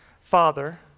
father